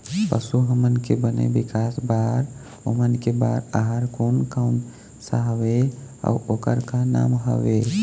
पशु हमन के बने विकास बार ओमन के बार आहार कोन कौन सा हवे अऊ ओकर का नाम हवे?